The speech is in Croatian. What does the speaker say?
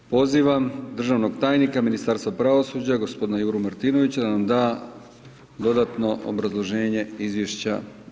Pozivam državnog tajnika Ministarstva pravosuđa gospodina Juru Martinovića da nam da dodatno obrazloženje Izvješća.